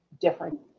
different